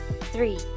three